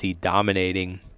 dominating